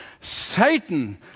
Satan